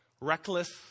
Reckless